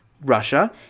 Russia